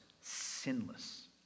sinless